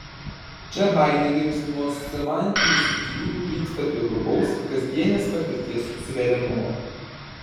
čia haidegeris nuo semantinių subtilybių krypsta prie grubaus kasdienės patirties suverenumo